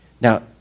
Now